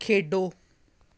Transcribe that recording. ਖੇਡੋ